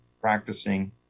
practicing